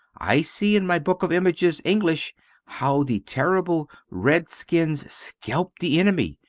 i see in my book of images english how the terrible red-skins scalp the enemy,